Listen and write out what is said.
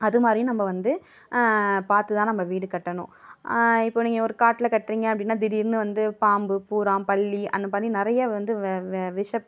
அதுமாதிரியும் நம்ப வந்து பார்த்து தான் நம்ப வீடு கட்டணும் இப்போ நீங்கள் ஒரு காட்டில் கட்டுறிங்க அப்படின்னா திடீர்னு வந்து பாம்பு பூரான் பல்லி அந்தமாதிரி நிறையா வந்து வெ வெ விஷப்